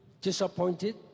disappointed